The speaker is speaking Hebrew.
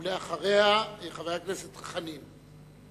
אחריה, חבר הכנסת חנין.